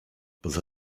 poza